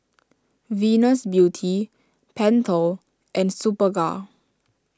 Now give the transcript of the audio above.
Venus Beauty Pentel and Superga